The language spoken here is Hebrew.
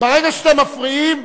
ברגע שאתם מפריעים,